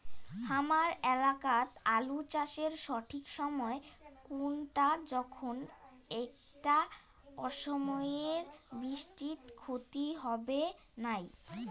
হামার এলাকাত আলু চাষের সঠিক সময় কুনটা যখন এইটা অসময়ের বৃষ্টিত ক্ষতি হবে নাই?